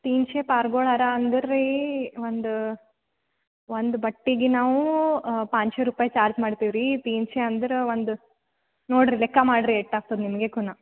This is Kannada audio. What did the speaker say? ತೀನ್ಶೇ ಪಾರ್ಗೊಳಾರಾ ಅಂದರೆ ರೀ ಒಂದು ಒಂದು ಬಟ್ಟೆಗೆ ನಾವು ಪಾಂಚ್ ಸೋ ರೂಪಾಯಿ ಚಾರ್ಜ್ ಮಾಡ್ತೀವಿ ರೀ ತೀನ್ಶೇ ಅಂದ್ರೆ ಒಂದು ನೋಡಿರಿ ಲೆಕ್ಕ ಮಾಡಿರಿ ಎಷ್ಟಾಗ್ತದ್ ನಿಮಗೆ ಕುನ